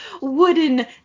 wooden